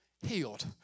Healed